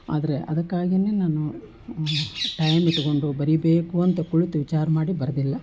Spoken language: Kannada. ಆದರೆ ಅದಕ್ಕಾಗಿಯೇ ನಾನು ಟೈಮ್ ಇಟ್ಟುಕೊಂಡು ಬರಿಬೇಕು ಅಂತ ಕುಳಿತು ವಿಚಾರ ಮಾಡಿ ಬರೆದಿಲ್ಲ